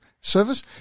service